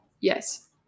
yes